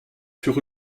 sur